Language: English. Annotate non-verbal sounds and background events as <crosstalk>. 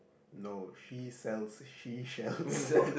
no she sells sea shells <laughs>